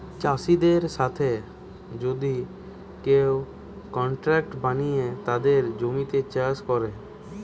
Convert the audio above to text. চাষিদের সাথে যদি কেউ কন্ট্রাক্ট বানিয়ে তাদের জমিতে চাষ করে